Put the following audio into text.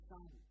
Son